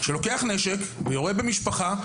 שלוקח נשק ויורה במשפחה.